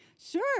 sure